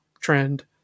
trend